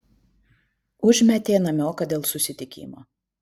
užmetė namioką dėl susitikimo